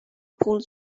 pulled